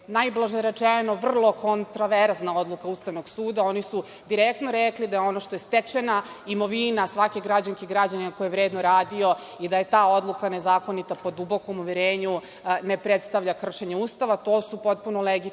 najblaže rečeno vrlo kontraverzna odluka Ustavnog suda. Oni su direktno rekli da je ono što je stečena imovina svake građanke i građanina koji je vredno radio i da ta odluka nezakonita po dubokom uverenju ne predstavlja kršenje Ustava. To su potpuno legitimne